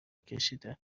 کشیده